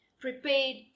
prepared